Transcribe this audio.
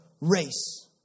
race